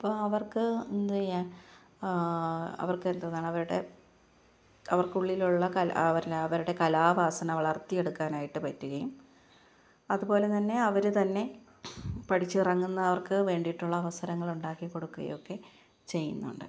ഇപ്പോൾ അവര്ക്ക് എന്തുചെയ്യാൻ അവര്ക്ക് എന്താണ് അവരുടെ അവര്ക്കുള്ളിലുള്ള കല അവരുടെ കലാവാസന വളര്ത്തിയെടുക്കാനായിട്ട് പറ്റുകയും അതുപോലെ തന്നെ അവർ തന്നെ പഠിച്ചിറങ്ങുന്നവര്ക്ക് വേണ്ടിയിട്ടുള്ള അവസരങ്ങൾ ഉണ്ടാക്കി കൊടുക്കുകയും ഒക്കെ ചെയ്യുന്നുണ്ട്